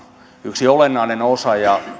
yksi olennainen osa ja